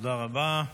תודה רבה,